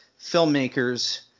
filmmakers –